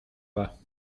pas